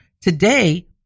Today